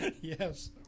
Yes